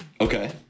Okay